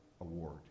Award